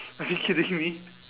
are you kidding me